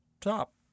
top